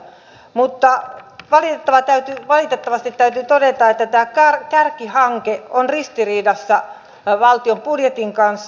mutta valitettavasti täytyy todeta että tämä kärkihanke on ristiriidassa valtion budjetin kanssa